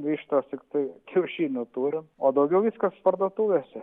vištos tiktai kiaušinių turim o daugiau viskas parduotuvėse